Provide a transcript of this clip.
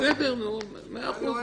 בסדר, מאה אחוז.